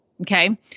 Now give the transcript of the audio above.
Okay